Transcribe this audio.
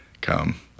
come